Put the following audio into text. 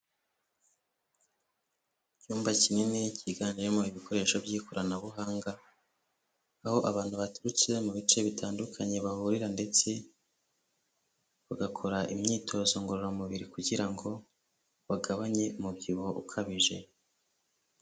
Icyumba kinini cyiganjemo ibikoresho by'ikoranabuhanga, aho abantu baturutse mu bice bitandukanye bahurira ndetse bagakora imyitozo ngororamubiri kugira ngo bagabanye umubyibuho ukabije.